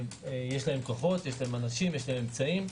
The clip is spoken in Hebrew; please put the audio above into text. יש להם כוחות, אנשים, אמצעים.